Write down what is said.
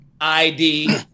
ID